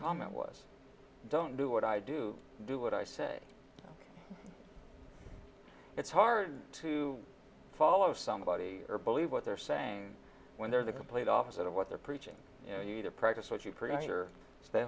comment was don't do what i do do what i say it's hard to follow somebody or believe what they're saying when they're the complete opposite of what they're preaching you know you need to practice what you preach or stay